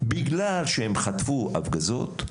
בגלל שהם חטפו הפגזות,